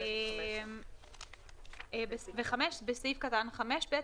(5)(ב)."; (5)בסעיף קטן (5)(ב),